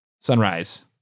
Sunrise